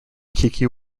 keke